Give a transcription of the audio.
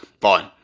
Fine